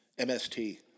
MST